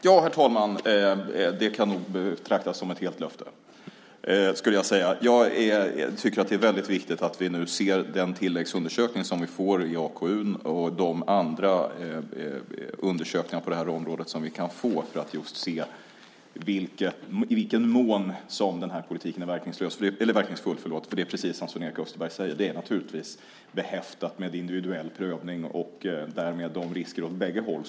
Herr talman! Det kan nog betraktas som ett helt löfte. Jag tycker att det är viktigt att vi ser på den tilläggsundersökning som vi får i AKU och på andra undersökningar på det här området för att se i vilken mån politiken är verkningsfull. Precis som Sven-Erik Österberg påpekar handlar det om individuell prövning och är därmed behäftat med risker åt bägge håll.